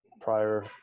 prior